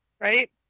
Right